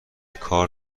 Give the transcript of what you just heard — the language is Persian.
کار